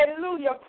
hallelujah